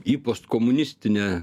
į postkomunistinę